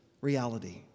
reality